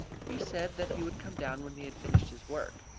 he said that he would come down when he had finished his work.